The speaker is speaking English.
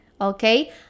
okay